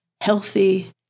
healthy